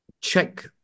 check